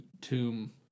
Tomb